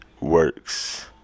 Works